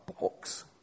box